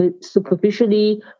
superficially